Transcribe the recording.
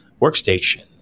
workstation